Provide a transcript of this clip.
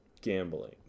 Gambling